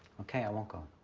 okay, i won't go.